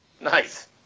Nice